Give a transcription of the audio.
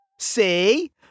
See